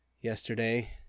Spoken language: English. yesterday